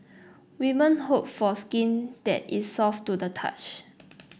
women hope for skin that is soft to the touch